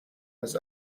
was